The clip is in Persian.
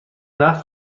نقد